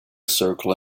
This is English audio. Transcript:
circle